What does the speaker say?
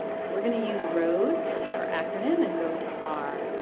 so we're going to use road as our acronym and go to r.